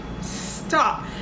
Stop